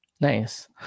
Nice